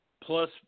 plus